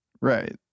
Right